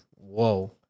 whoa